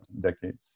decades